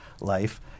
life